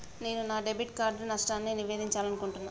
నేను నా debit card నష్టాన్ని నివేదించాలనుకుంటున్నా